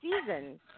seasons